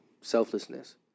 selflessness